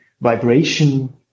vibration